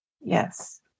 Yes